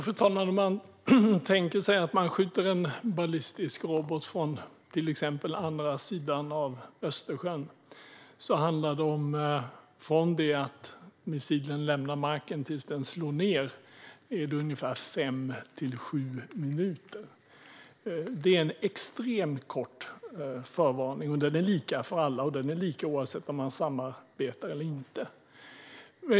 Fru talman! Om vi tänker oss att man skjuter en ballistisk robot från till exempel andra sidan av Östersjön handlar det från det att missilen lämnar marken tills att den slår ned om ungefär fem-sju minuter. Det är en extremt kort förvarning. Den är lika för alla, och den är lika oavsett om man samarbetar eller inte.